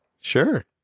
Sure